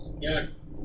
Yes